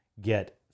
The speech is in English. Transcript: get